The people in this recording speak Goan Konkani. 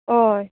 हय